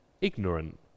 ignorant